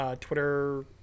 Twitter